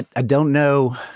ah i don't know,